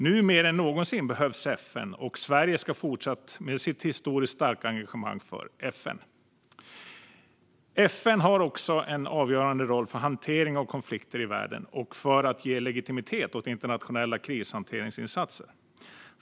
Nu mer än någonsin behövs FN, och Sverige ska fortsätta med sitt historiskt starka engagemang för FN. FN har också en avgörande roll för hantering av konflikter i världen och för att ge legitimitet åt internationella krishanteringsinsatser.